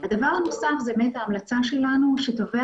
הדבר הנוסף זה באמת ההמלצה שלנו שתווי